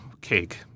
cake